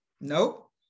Nope